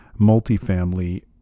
multifamily